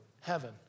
heaven